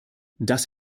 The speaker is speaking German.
das